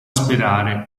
sperare